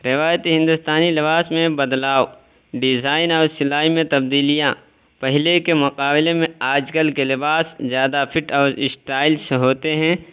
روایتی ہندوستانی میں بدلاؤ ڈیزائن اور سلائی میں تبدیلیاں پہلے کے مقابلے میں آج کل کے لباس زیادہ فٹ اور اسٹائلس ہوتے ہیں